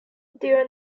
their